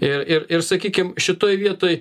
ir ir ir sakykim šitoj vietoj